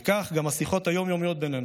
וכך גם השיחות היום-יומיות בינינו.